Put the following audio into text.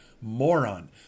moron